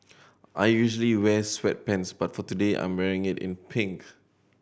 I usually wear sweatpants but for today I'm wearing it in pink